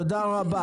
תודה רבה.